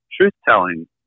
Truth-telling